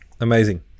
Amazing